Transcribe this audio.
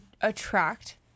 attract